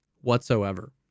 whatsoever